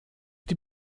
die